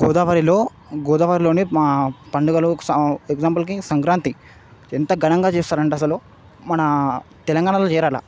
గోదావరిలో గోదావరిలోని మా పండుగలు స ఎగ్జాంపుల్కి సంక్రాంతి ఎంత ఘనంగా చేస్తారంటే అసలు మన తెలంగాణాలో చేయరలా